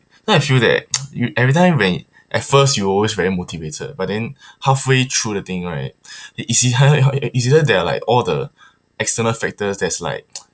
now I feel that every time you every time when at first you always very motivated but then halfway through the thing right it's either it's either there are like all the external factors that's like